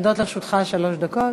עומדות לרשותך שלוש דקות.